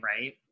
right